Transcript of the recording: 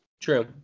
true